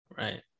Right